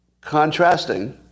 contrasting